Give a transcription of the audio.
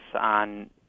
on